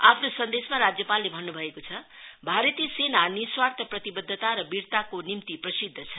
आफ्नो सन्देशमा राज्यपालले भन्नु भएको छ भारतीय सेना निस्वार्थ प्रतिबन्धता र वीरताको निम्ति प्रसिद्ध छ